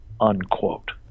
unquote